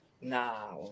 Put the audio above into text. nah